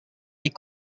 est